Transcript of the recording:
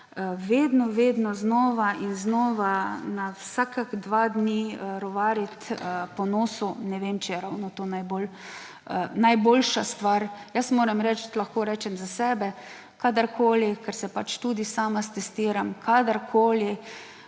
da vedno znova in znova na vsake dva dni rovariti po nosu …, ne vem, če je to ravno najboljša stvar. Jaz lahko rečem za sebe, kadarkoli, ker se tudi sama testiram, kadarkoli